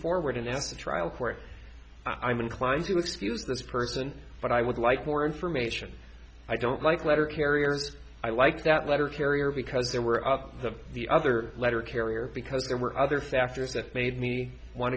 forward in at the trial court i'm inclined to excuse this person but i would like more information i don't like letter carriers i like that letter carrier because they were up to the other letter carrier because there were other factors that made me want